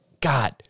God